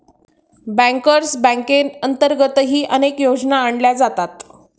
bankers बँकेअंतर्गतही अनेक योजना आणल्या जातात